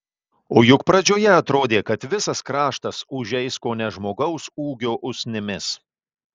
o juk pradžioje atrodė kad visas kraštas užeis kone žmogaus ūgio usnimis